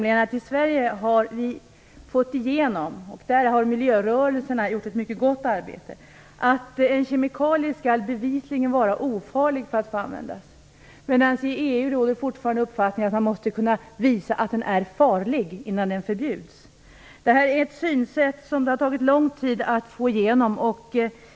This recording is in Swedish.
I Sverige har vi fått igenom ett beslut om att en kemikalie bevisligen skall vara ofarlig för att få användas. Där har miljörörelserna gjort ett mycket gott arbete. I EU råder fortfarande uppfattningen att man måste kunna visa att den är farlig innan den förbjuds. Det har tagit lång tid att få igenom vårt synsätt.